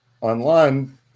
online